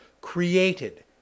created